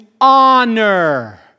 honor